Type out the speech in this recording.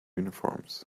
uniforms